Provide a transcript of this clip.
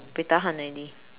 buay tahan already